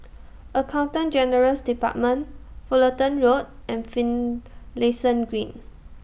Accountant General's department Fullerton Road and Finlayson Green